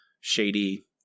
shady